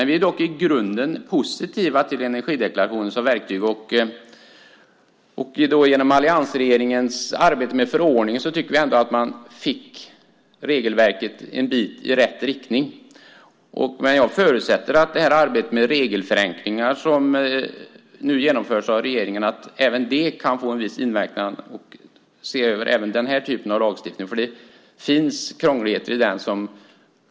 Vi är dock i grunden positiva till energideklarationen som verktyg. Genom alliansregeringens arbete med förordningen tycker vi ändå att man fick regelverket en bit i rätt riktning. Jag förutsätter att även arbetet med de regelförenklingar som nu genomförs av regeringen kan få en viss inverkan och att man ser över även den typen av lagstiftning, för det finns krångligheter i den.